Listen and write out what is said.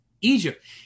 Egypt